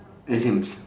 exams